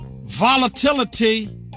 Volatility